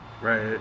Right